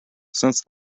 since